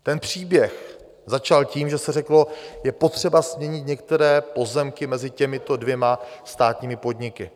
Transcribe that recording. Ten příběh začal tím, že se řeklo, je potřeba směnit některé pozemky mezi těmito dvěma státními podniky.